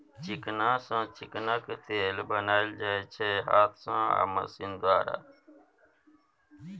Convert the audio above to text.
चिकना सँ चिकनाक तेल बनाएल जाइ छै हाथ सँ आ मशीन द्वारा